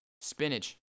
spinach